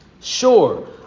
Sure